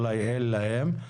אולי אין להם,